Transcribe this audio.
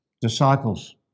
disciples